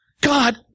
God